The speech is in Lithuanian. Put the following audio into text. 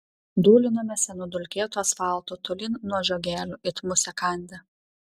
dūlinome senu dulkėtu asfaltu tolyn nuo žiogelių it musę kandę